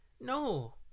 no